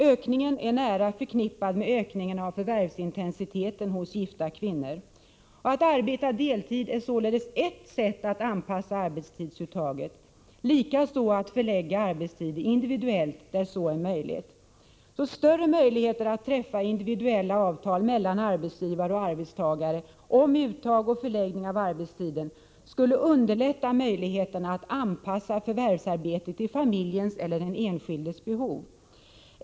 Ökningen är nära förknippad med ökningen av förvärvsintensiteten hos gifta kvinnor. Att arbeta deltid är således ett sätt att anpassa arbetstidsuttaget, likaså att förlägga arbetstiden individuellt där så är möjligt. Större möjligheter att träffa individuella avtal mellan arbetsgivare och arbetstagare om uttag och förläggning av arbetstiden skulle underlätta möjligheterna att anpassa förvärvsarbetet till familjens eller den enskildes behov.